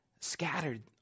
scattered